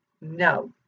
no